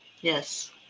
Yes